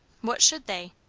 what should they?